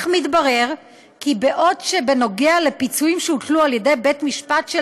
אך מתברר כי בעוד שבנוגע לפיצויים שהוטלו על ידי בית משפט של